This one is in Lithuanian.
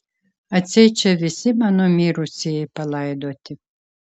atseit čia visi mano mirusieji palaidoti